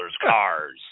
cars